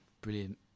Brilliant